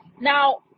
Now